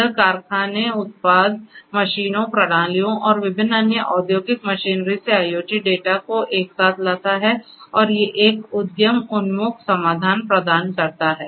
यह कारखाने उत्पाद मशीनों प्रणालियों और विभिन्न अन्य औद्योगिक मशीनरी से IoT डेटा को एक साथ लाता है और यह एक उद्यम उन्मुख समाधान प्रदान करता है